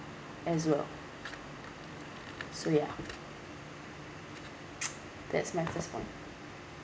as well so yeah that's my first point